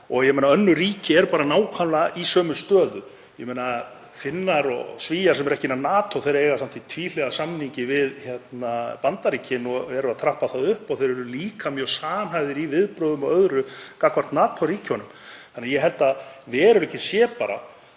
og ég veit að önnur ríki eru bara í nákvæmlega sömu stöðu; Finnar og Svíar sem eru ekki innan NATO en þeir eiga samt tvíhliða samning við Bandaríkin og eru að trappa það upp og þeir eru líka mjög samhæfðir í viðbrögðum og öðru gagnvart NATO-ríkjunum. Þannig að ég held að veruleikinn sé bara